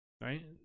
Right